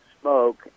smoke